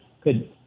Good